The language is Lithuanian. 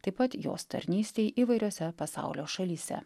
taip pat jos tarnystei įvairiose pasaulio šalyse